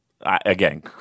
again